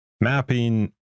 mapping